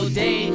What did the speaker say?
day